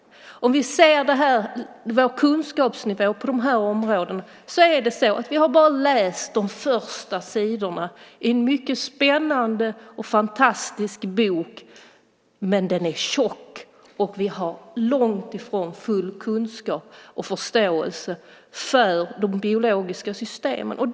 Vår kunskapsnivå på de områdena är som att vi bara har läst de första sidorna i en mycket spännande och fantastisk bok. Men den är tjock, och vi har långt ifrån full kunskap om och förståelse av de biologiska systemen.